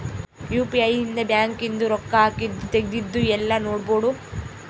UPI ಇಂದ bank ಇಂದು ರೊಕ್ಕ ಹಾಕಿದ್ದು ತೆಗ್ದಿದ್ದು ಯೆಲ್ಲ ನೋಡ್ಬೊಡು